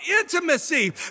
intimacy